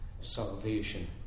salvation